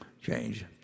change